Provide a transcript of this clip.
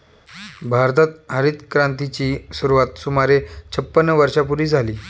भारतात हरितक्रांतीची सुरुवात सुमारे छपन्न वर्षांपूर्वी झाली